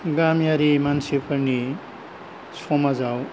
गामियारि मानसिफोरनि समाजाव